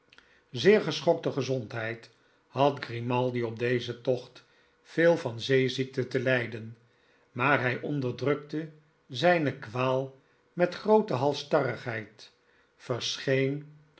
zeer geschokte gezondheid had grimaldi op dezen tocht veel van zeeziekte te lijden maar hij onderdrukte zijne kwaal met groote halsstarrigheid verscheen